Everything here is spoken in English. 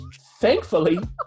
Thankfully